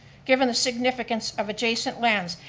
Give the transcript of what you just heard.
given the significance of adjacent lands,